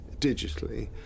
digitally